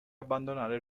abbandonare